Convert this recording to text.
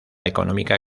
económica